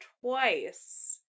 twice